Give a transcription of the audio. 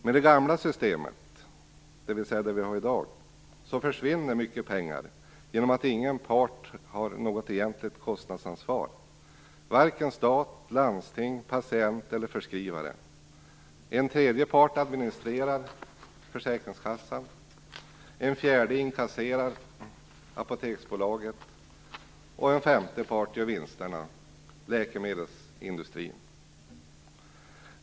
Med det gamla systemet, dvs. det vi har i dag, försvinner mycket pengar genom att ingen part har något egentligt kostnadsansvar, varken staten, landsting, patient eller förskrivare. En tredje part administrerar - försäkringskassan. En fjärde inkasserar - Apoteksbolaget. En femte part gör vinsterna - läkemedelsindustrin.